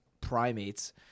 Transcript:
primates